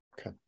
Okay